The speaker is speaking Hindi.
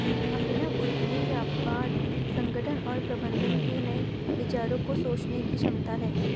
अभिनव उद्यमी व्यापार संगठन और प्रबंधन के नए विचारों को सोचने की क्षमता है